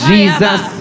Jesus